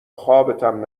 خوابتم